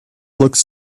looked